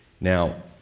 Now